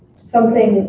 something